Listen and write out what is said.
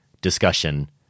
discussion